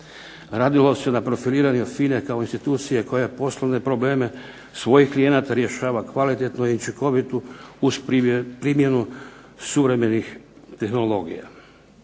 Radilo se na profiliranju FINA-e kao institucije koja poslovne probleme svojih klijenata rješava kvalitetno i učinkovito uz primjenu suvremenih tehnologija.